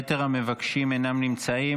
יתר המבקשים אינם נמצאים.